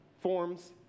forms